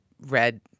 read